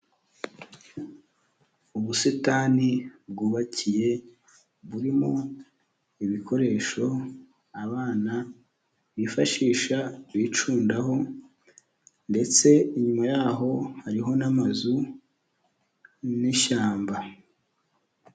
Ubusitani bwubakiye, burimo ibikoresho abana bifashisha bicundaho, ndetse inyuma yaho hariho n'amazu, n'ishyamba.